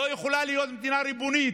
לא יכולה להיות מדינה ריבונית,